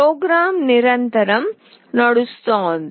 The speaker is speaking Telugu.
ప్రోగ్రాం నిరంతరం నడుస్తోంది